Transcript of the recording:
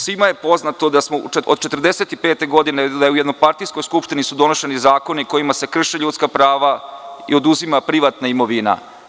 Svima je poznato da su od 1945. godine u jednopartijskoj Skupštini donošeni zakoni kojima se krše ljudska prava i oduzima privatna imovina.